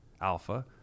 Alpha